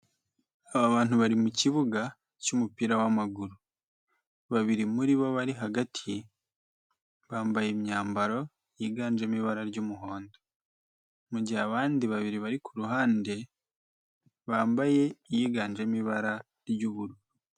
Aba bantu bari mu kibuga cy'umupira w'amaguru. Babiri muri bo bari hagati bambaye imyambaro yiganjemo ibara ry'umuhondo, mu gihe abandi babiri bari ku ruhande, bambaye iyiganjemo ibara ry'ubururu.